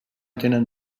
tenen